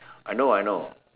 I know I know